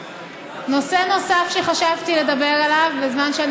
נושא נוסף שחשבתי לדבר עליו בזמן שאני